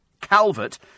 Calvert